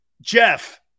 Jeff